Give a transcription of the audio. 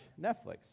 Netflix